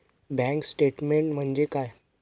Bank statement म्हणजे काय?